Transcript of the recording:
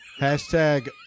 Hashtag